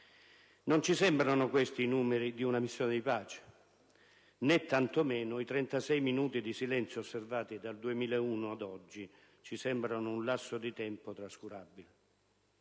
Non ci sembrano questi i numeri di una missione di pace. Né, tanto meno, i 36 minuti di silenzio osservati dal 2001 ad oggi ci sembrano un lasso di tempo trascurabile.